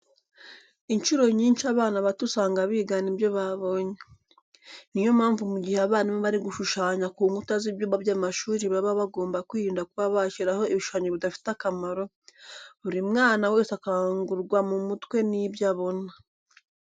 Incuro nyinshi abana bato usanga bigana ibyo babonye. Ni yo mpamvu mu gihe abarimu bari gushushanya ku nkuta z'ibyumba by'amashuri baba bagomba kwirinda kuba bashyiraho ibishushanyo bidafite akamaro. Buri mwana wese akangurwa mu mutwe n'ibyo abona.